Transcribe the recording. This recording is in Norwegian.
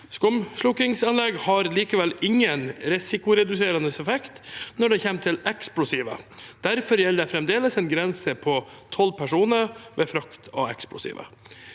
Skumslukkingsanlegg har likevel ingen risikoreduserende effekt når det gjelder eksplosiver, derfor gjelder det fremdeles en grense på tolv personer ved frakt av eksplosiver.